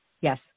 yes